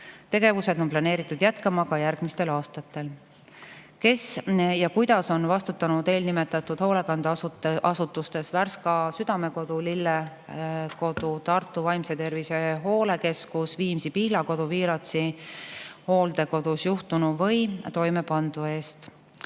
Tegevused on planeeritud jätkuma ka järgmistel aastatel. "Kes ja kuidas on vastutanud eelnimetatud hoolekandeasutustes (Värska Südamekodus, Lille Kodus, Tartu Vaimse Tervise hoolekeskuses, Viimsi Pihlakodus ja Viiratsi hooldekodus) juhtunu või toime pandu eest?"